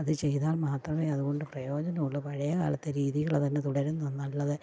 അത് ചെയ്താൽ മാത്രമേ അതുകൊണ്ട് പ്രയോജനമുള്ളൂ പഴയ കാലത്തെ രീതികൾ തന്നെ തുടരുന്നതാ നല്ലത്